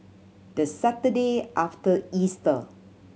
the Saturday after Easter